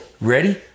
ready